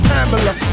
Pamela